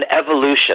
evolution